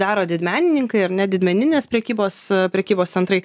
daro didmenininkai ar ne didmeninės prekybos prekybos centrai